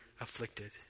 afflicted